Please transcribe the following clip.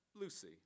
Lucy